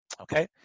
Okay